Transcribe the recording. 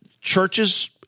churches